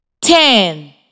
Ten